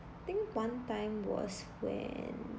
think one time was when